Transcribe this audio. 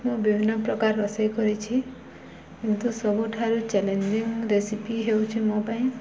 ମୁଁ ବିଭିନ୍ନ ପ୍ରକାର ରୋଷେଇ କରିଛି କିନ୍ତୁ ସବୁଠାରୁ ଚ୍ୟାଲେଞ୍ଜିଙ୍ଗ ରେସିପି ହେଉଛିି ମୋ ପାଇଁ